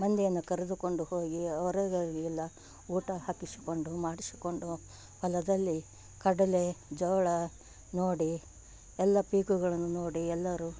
ಮಂದಿಯನ್ನು ಕರೆದುಕೊಂಡು ಹೋಗಿ ಹೊರೊಗೋಗಿ ಎಲ್ಲ ಊಟ ಹಾಕಿಸಿಕೊಂಡು ಮಾಡಿಸಿಕೊಂಡು ಹೊಲದಲ್ಲಿ ಕಡಲೆ ಜೋಳ ನೋಡಿ ಎಲ್ಲ ಪೀಕುಗಳನ್ನು ನೋಡಿ ಎಲ್ಲರೂ